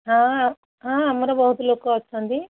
ହଁ ହଁ ଆମର ବହୁତ ଲୋକ ଅଛନ୍ତି